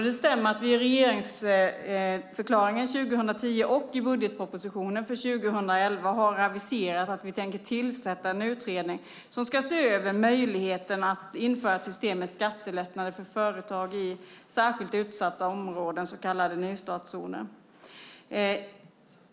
Det stämmer att vi i regeringsförklaringen 2010 och i budgetpropositionen för 2011 har aviserat att vi tänker tillsätta en utredning som ska se över möjligheten att införa ett system med skattelättnader för företag i särskilt utsatta områden, så kallade nystartszoner.